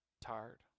tired